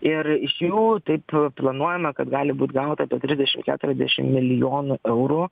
ir iš jų taip planuojama kad gali būt gauta apie trisdešim keturiasdešim milijonų eurų